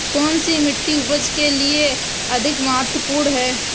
कौन सी मिट्टी उपज के लिए अधिक महत्वपूर्ण है?